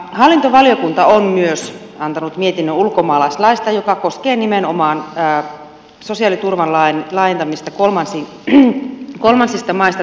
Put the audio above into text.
hallintovaliokunta on myös antanut mietinnön ulkomaalaislaista joka koskee nimenomaan sosiaaliturvalain laajentamista kolmansista maista tuleviin